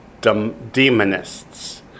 demonists